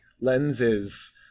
lenses